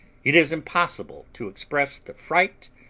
it is impossible to express the fright,